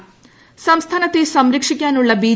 വിശ്വാസത്തെ സംരക്ഷിക്കാനുള്ള ബി